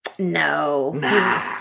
no